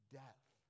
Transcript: death